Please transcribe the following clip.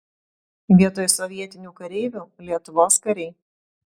vietoj sovietinių kareivių lietuvos kariai